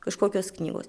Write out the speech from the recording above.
kažkokios knygos